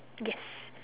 yes